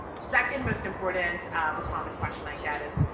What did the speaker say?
second most important or common question i get is,